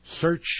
search